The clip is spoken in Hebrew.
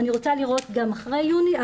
אני רוצה לראות גם אחרי יוני,